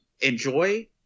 enjoy